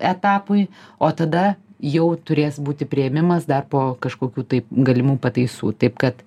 etapui o tada jau turės būti priėmimas dar po kažkokių taip galimų pataisų taip kad